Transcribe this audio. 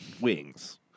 Wings